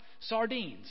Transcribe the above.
sardines